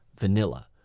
vanilla